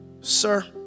Sir